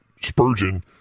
spurgeon